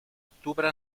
octubre